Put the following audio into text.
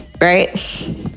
right